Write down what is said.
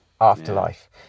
Afterlife